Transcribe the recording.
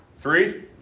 Three